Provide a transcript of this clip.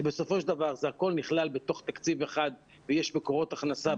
שבסופו של דבר הכל נכלל בתוך תקציב אחד ויש מקורות הכנסה,